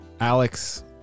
Alex